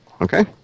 Okay